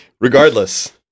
Regardless